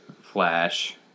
Flash